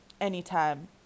anytime